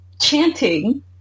chanting